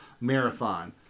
marathon